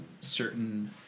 certain